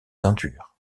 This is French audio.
teintures